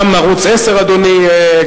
גם ערוץ-10, אדוני,